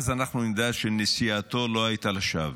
אז אנחנו נדע שנסיעתו לא הייתה לשווא.